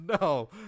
no